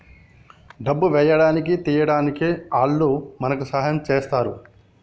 డబ్బు వేయడానికి తీయడానికి ఆల్లు మనకి సాయం చేస్తరు